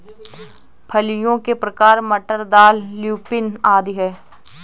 फलियों के प्रकार मटर, दाल, ल्यूपिन आदि हैं